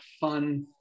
fun